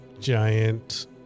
giant